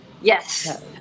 Yes